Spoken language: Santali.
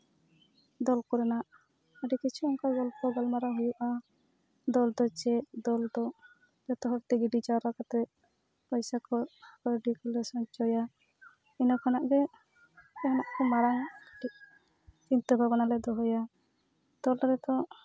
ᱫᱚᱞ ᱠᱚᱨᱮᱱᱟᱜ ᱟᱹᱰᱤ ᱠᱤᱪᱷᱩ ᱚᱱᱠᱟ ᱜᱚᱞᱯᱚ ᱜᱟᱞᱢᱟᱨᱟᱣ ᱦᱩᱭᱩᱜᱼᱟ ᱫᱚᱞ ᱫᱚ ᱪᱮᱫ ᱫᱚᱞ ᱫᱚ ᱡᱚᱛᱚ ᱦᱚᱲᱛᱮ ᱡᱩᱫᱤ ᱡᱟᱣᱨᱟ ᱠᱟᱛᱮ ᱨᱚᱭᱥᱟ ᱠᱚ ᱠᱟᱹᱣᱰᱤ ᱠᱚᱞᱮ ᱥᱚᱧᱪᱚᱭᱟ ᱤᱱᱟᱹ ᱠᱷᱚᱱᱟᱜ ᱜᱮ ᱩᱱᱟᱹᱜ ᱢᱟᱨᱟᱝ ᱠᱟᱹᱴᱤᱡ ᱪᱤᱱᱛᱟᱹ ᱵᱷᱟᱵᱱᱟ ᱞᱮ ᱫᱚᱦᱚᱭᱟ ᱫᱚᱞ ᱨᱮᱫᱚ